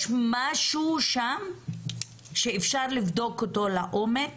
יש משהו שם שאפשר לבדוק אותו לעומק